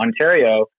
Ontario